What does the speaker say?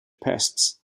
pests